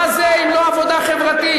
מה זה אם לא עבודה חברתית?